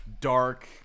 dark